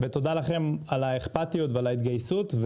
תודה לכם על האכפתיות ועל ההתגייסות,